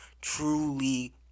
truly